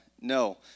No